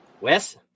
Wes